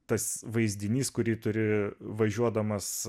tas vaizdinys kurį turi važiuodamas